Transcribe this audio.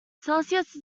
celsius